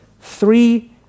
three